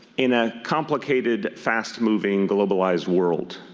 in a complicated, fast-moving, globalized world,